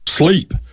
Sleep